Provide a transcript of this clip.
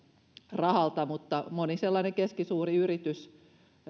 rahalta mutta monien sellaisten keskisuurten yritysten